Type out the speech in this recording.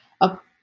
up